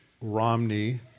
Romney